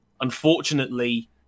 Unfortunately